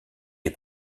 des